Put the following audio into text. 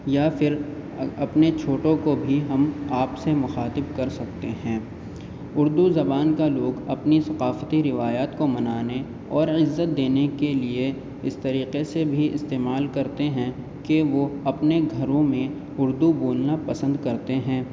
یا پھر اپنے چھوٹوں کو بھی ہم آپ سے مخاطب کر سکتے ہیں اردو زبان کا لوگ اپنی ثقافتی روایات کو منانے اور عزت دینے کے لیے اس طریقے سے بھی استعمال کرتے ہیں کہ وہ اپنے گھروں میں اردو بولنا پسند کرتے ہیں